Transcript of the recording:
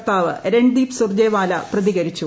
വക്താവ് രൺദീപ് സുർജേവാല പ്രതികരിച്ചു